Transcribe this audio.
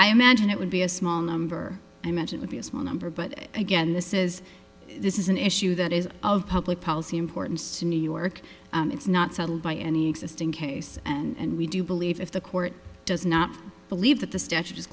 i imagine it would be a small number i meant it would be a small number but again this is this is an issue that is of public policy importance to new york and it's not settled by any existing case and we do believe if the court does not believe that the statute